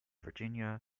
virginia